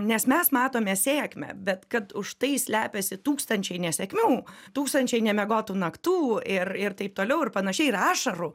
nes mes matome sėkmę bet kad už tai slepiasi tūkstančiai nesėkmių tūkstančiai nemiegotų naktų ir ir taip toliau ir panašiai ir ašarų